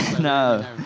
No